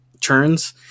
turns